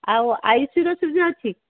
ଆଉ ଆଇସିୟୁର ସୁବିଧା ଅଛି